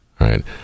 right